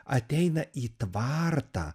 ateina į tvartą